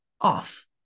off